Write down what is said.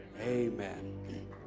Amen